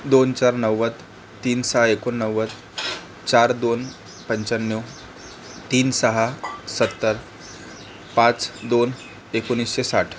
दोन चार नव्वद तीन सहा एकोणनव्वद चार दोन पंच्यान्नव तीन सहा सत्तर पाच दोन एकोणीसशे साठ